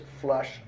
flush